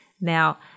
Now